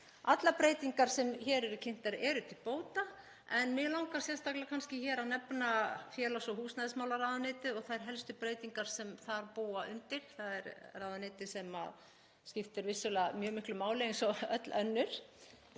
Allar breytingar sem hér eru kynntar eru til bóta en mig langar sérstaklega að nefna félags- og húsnæðismálaráðuneytið og þær helstu breytingar sem þar búa undir. Það er ráðuneyti sem skiptir vissulega mjög miklu máli eins og öll önnur